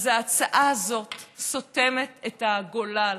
אז ההצעה הזאת סותמת את הגולל על